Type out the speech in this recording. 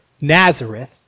Nazareth